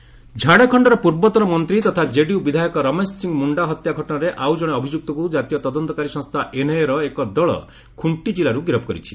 JN NIA arrest ଝାଡ଼ଖଣ୍ଡର ପୂର୍ବତନ ମନ୍ତ୍ରୀ ତଥା କେଡିୟୁ ବିଧାୟକ ରମେଶ ସିଂହ ମୁଣ୍ଡା ହତ୍ୟା ଘଟଣାରେ ଆଉ କଣେ ଅଭିଯୁକ୍ତକୁ ଜାତୀୟ ତଦନ୍ତକାରୀ ସଂସ୍ଥା ଏନ୍ଆଇଏର ଏକ ଦଳ ଖୁଣ୍ଟି କିଲ୍ଲାରୁ ଗିରଫ କରିଛି